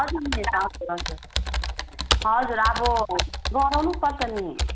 हजुर मिस हजुर हजुर हजुर अब गराउनुपर्छ नि